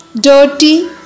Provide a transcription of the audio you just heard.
Dirty